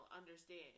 understand